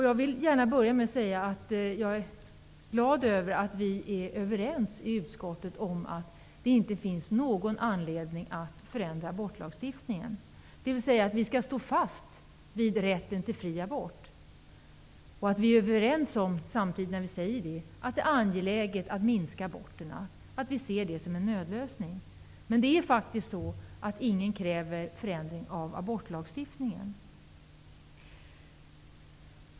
Jag vill gärna börja med att säga att jag är glad över att vi i utskottet är överens om att det inte finns någon anledning att förändra abortlagstiftningen. Vi skall alltså stå fast vid rätten till fri abort. Vi är samtidigt överens om att det är angeläget att minska antalet aborter, att se abort som en nödlösning. Men det är ingen som kräver en förändring av abortlagstiftningen.